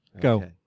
Go